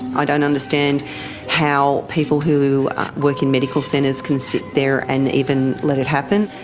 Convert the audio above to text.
i don't understand how people who work in medical centres can sit there and even let it happen,